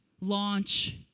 launch